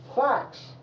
facts